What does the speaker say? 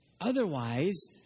Otherwise